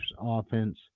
offense